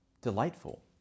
delightful